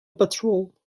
patrol